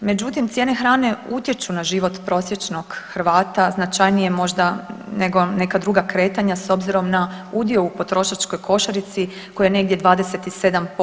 Međutim, cijene hrane utječu na život prosječnog Hrvata, značajnije možda nego neka druga kretanja s obzirom na udio u potrošačkoj košarici koji je negdje 27%